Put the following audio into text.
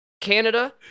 Canada